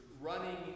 running